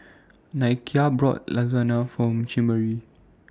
Nakia bought Lasagne For Chimere